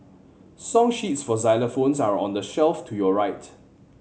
song sheets for xylophones are on the shelf to your right